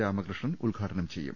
രാമകൃഷ്ണൻ ഉദ്ഘാടനം ചെയ്യും